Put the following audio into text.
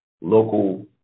local